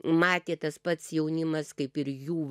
matė tas pats jaunimas kaip ir jų